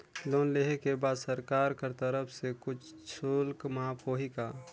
Loan लेहे के बाद सरकार कर तरफ से कुछ शुल्क माफ होही का?